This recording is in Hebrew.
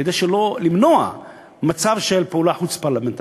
כדי למנוע מצב של פעולה חוץ-פרלמנטרית.